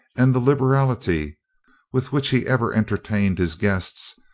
and the liberality with which he ever entertained his guests,